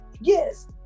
yes